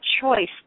choice